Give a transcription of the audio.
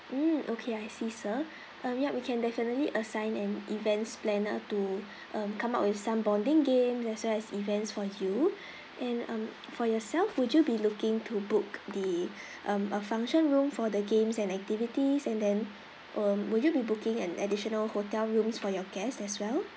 um okay I see sir mm we can definitely assign an events planner to come up with some bonding game as well as events for you and for yourself would you be looking to book the um a function room for the games and activities and then um would you be booking an additional hotel rooms for your guests as well